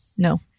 No